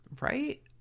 Right